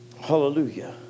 Hallelujah